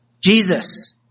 Jesus